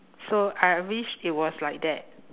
so I wish it was like that